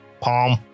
palm